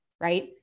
right